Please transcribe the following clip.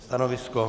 Stanovisko?